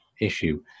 issue